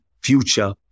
future